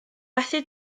methu